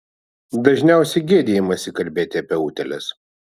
dažniausiai gėdijamasi kalbėti apie utėles